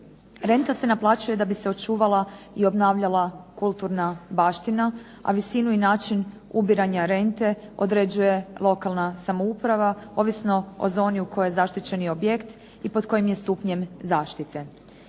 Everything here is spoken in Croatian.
Renta se naplaćuje da bi se očuvala i obnavljala kulturna baština, a visinu i način ubiranja rente određuje lokalna samouprava, ovisno o zoni u kojoj je zaštićeni objekt i pod kojim je stupnjem zaštite.